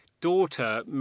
daughter